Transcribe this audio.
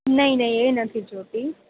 નઇ નઇ એ નથી જોઈતી